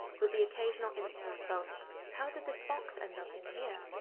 with the occasional instance of how did this box end up in here?